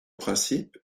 principe